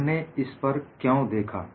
हमने इन पर क्यों देखा